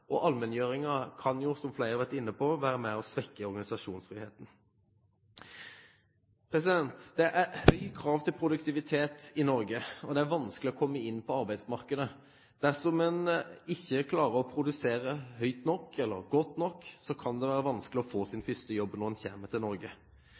og allmenngjøringen kan, som flere har vært inne på, være med på å svekke organisasjonsfriheten. Det er høye krav til produktivitet i Norge, og det er vanskelig å komme inn på arbeidsmarkedet. Dersom en ikke klarer å produsere fort nok eller godt nok, kan det være vanskelig å få sin